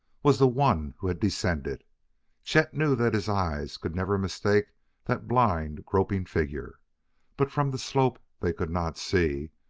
was the one who had descended chet knew that his eyes could never mistake that blind, groping figure but from the slope they could not see,